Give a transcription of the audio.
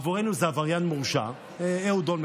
עבורנו זה "עבריין מורשע" אהוד אולמרט,